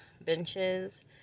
benches